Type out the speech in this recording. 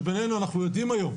שבינינו אנחנו יודעים היום,